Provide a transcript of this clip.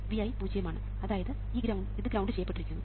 Vi പൂജ്യമാണ് അതായത് ഇത് ഗ്രൌണ്ട് ചെയ്യപ്പെട്ടിരിക്കുന്നു